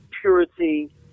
purity